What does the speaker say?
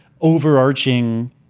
overarching